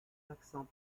accents